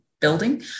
building